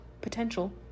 potential